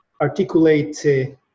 articulate